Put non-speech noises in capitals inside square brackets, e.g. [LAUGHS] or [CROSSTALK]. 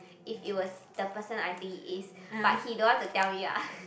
if it was the person I think it is but he don't want to tell me lah [LAUGHS]